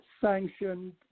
sanctioned